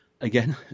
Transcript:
Again